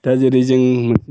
दा जेरै जों